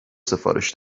سفارش